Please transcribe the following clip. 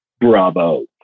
bravo